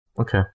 Okay